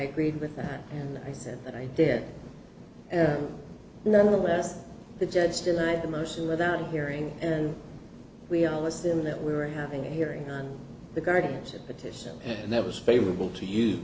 agreed with that and i said that i did nevertheless the judge denied the motion without a hearing and we all assume that we were having a hearing on the guardianship petition and that was favorable to us